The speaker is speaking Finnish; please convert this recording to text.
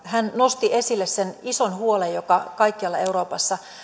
hän nosti esille sen ison huolen joka kaikkialla euroopassa